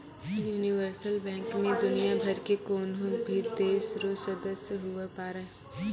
universal bank मे दुनियाँ भरि के कोन्हो भी देश रो सदस्य हुवै पारै